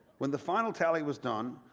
when the final tally was done,